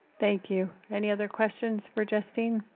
thank you, any other questions for justine?